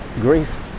grief